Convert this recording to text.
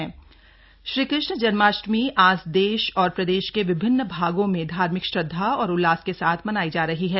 श्रीकष्ण जन्माष्टमी श्रीकृष्ण जनमाष्टमी आज देश और प्रदेश के विभिन्न भागों में धार्मिक श्रद्वा और उल्लास के साथ मनायी जा रही है